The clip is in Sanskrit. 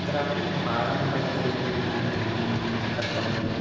तत्रापि पारम्परिकरूपेण अध्ययनं कर्तव्यम्